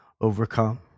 overcome